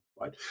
right